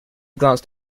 glanced